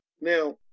Now